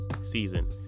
season